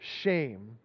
shame